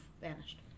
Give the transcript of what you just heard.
vanished